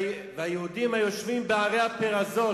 "והיהודים היושבים בערי הפרזות"